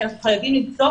כי אנחנו חייבים למצוא